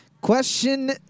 Question